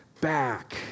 back